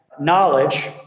knowledge